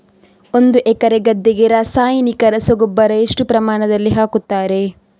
ಒಂದು ಎಕರೆ ಗದ್ದೆಗೆ ರಾಸಾಯನಿಕ ರಸಗೊಬ್ಬರ ಎಷ್ಟು ಪ್ರಮಾಣದಲ್ಲಿ ಹಾಕುತ್ತಾರೆ?